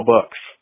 Bucks